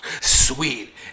sweet